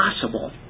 possible